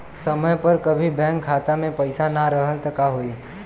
समय पर कभी बैंक खाता मे पईसा ना रहल त का होई?